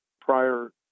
prior